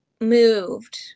moved